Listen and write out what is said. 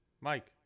Mike